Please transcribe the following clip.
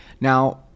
now